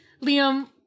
Liam